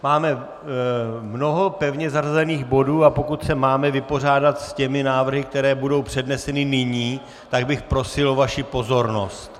Máme mnoho pevně zařazených bodů, a pokud se máme vypořádat s těmi návrhy, které budou předneseny nyní, tak bych prosil o vaši pozornost.